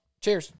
Cheers